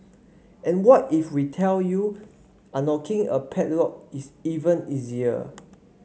and what if we tell you unlocking a padlock is even easier